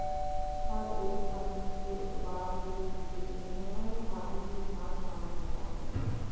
हर एक कम्पनी के उत्पाद के पीछे विनिमय का ही सिद्धान्त काम करता है